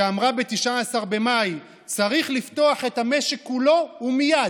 שאמרה ב-19 במאי: "צריך לפתוח את המשק כולו ומייד".